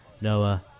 Noah